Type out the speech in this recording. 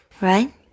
right